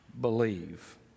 Believe